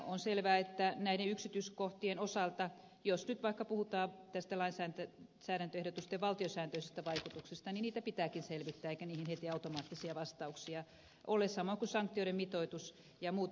on selvää että näiden yksityiskohtien osalta jos nyt vaikka puhutaan tästä lainsäädäntöehdotusten valtiosääntöisestä vaikutuksesta niitä pitääkin selvittää eikä niihin heti automaattisia vastauksia ole samoin kuin sanktioiden mitoituksen ja muiden yksityiskohtien osalta